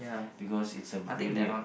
because its a really a